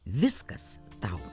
viskas tau